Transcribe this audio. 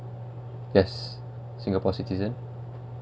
yes singapore citizen